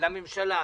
לממשלה,